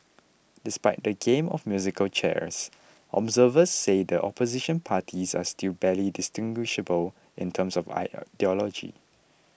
despite the game of musical chairs observers say the Opposition parties are still barely distinguishable in terms of ideology